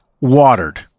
watered